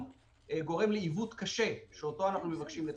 גורם לעיוות קשה שאותו אנחנו מבקשים לתקן.